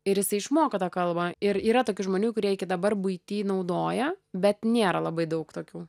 ir jisai išmoko tą kalbą ir yra tokių žmonių kurie iki dabar buity naudoja bet nėra labai daug tokių